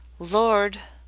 lord!